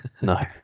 no